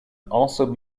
also